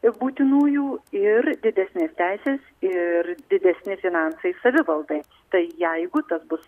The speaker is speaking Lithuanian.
ir būtinųjų ir didesnės teisės ir didesni finansai savivaldai tai jeigu tas bus